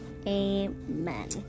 amen